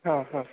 हां हां